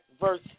verse